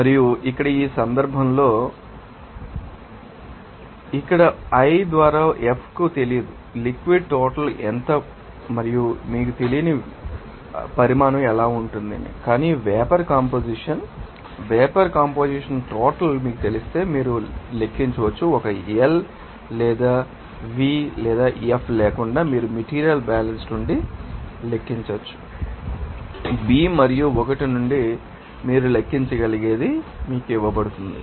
మరియు ఇక్కడ ఈ సందర్భంలో మేము వ్రాయవచ్చు కాబట్టి ఇక్కడ l ద్వారా F మీకు తెలియదు లిక్విడ్ టోటల్ ఎంత మరియు మీకు తెలియని విశ్వాసం యొక్క పరిమాణం ఎలా ఉంటుంది కానీ vapour composition vapour composition total మీకు తెలిస్తే మీరు లెక్కించవచ్చు ఒక ఎల్ లేదా L V F లేకుండా మీరు మెటీరియల్ బ్యాలెన్స్ నుండి లెక్కించవచ్చు లేదా B మరియు l నుండి మీరు లెక్కించగలిగేది మీకు ఇవ్వబడుతుంది